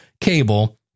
cable